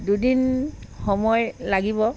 দুদিন সময় লাগিব